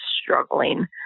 struggling